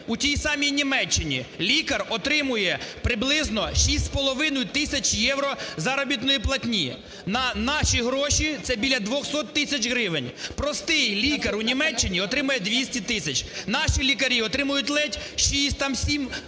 у тій самій Німеччині лікар отримує приблизно 6,5 тисяч євро заробітної платні, на наші гроші – це біля 200 тисяч гривень. Простий лікар у Німеччині отримує 200 тисяч. Наші лікарі отримують ледь 6, 7,